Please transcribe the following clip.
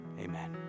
Amen